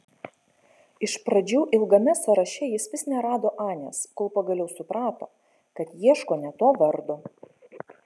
iš pradžių ilgame sąraše jis vis nerado anės kol pagaliau suprato kad ieško ne to vardo